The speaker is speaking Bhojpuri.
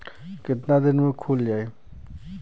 कितना दिन में खुल जाई?